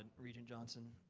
um regent johnson,